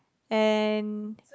and